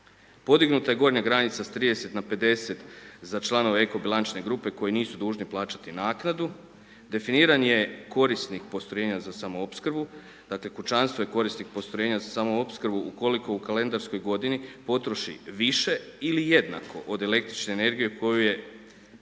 Podignuta je gornja granica s 30 na 50 za članove eko-bilančne grupe koji nisu dužni plaćati naknadu, definiran je korisnik postrojenja za samoopskrbu, dakle kućanstvo je korisnik postrojenja za samoopskrbu ukoliko u kalendarskoj godini potroši više ili jednako od električne energije koju je isporučio